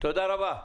תודה רבה.